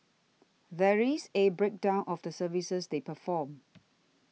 there is a breakdown of the services they perform